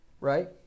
right